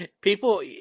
People